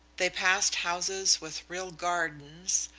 they passed houses with real gardens,